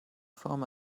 form